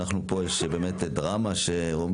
נתחיל הקראה של הצו כדי שנוכל לאשר אותו,